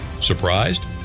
Surprised